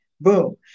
Boom